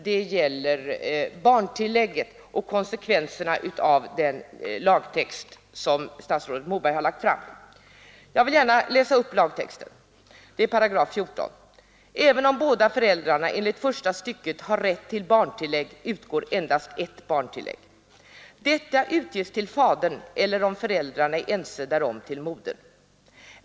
Det gäller barntillägget och konsekvenserna av det förslag till lagtext som statsrådet Moberg har lagt fram. Jag vill gärna läsa upp den texten; det gäller 14 §: ”Även om båda föräldrarna enligt första stycket har rätt till barntillägg, utgår endast ett barntillägg. Detta utges till fadern eller, om föräldrarna är ense därom, till modern.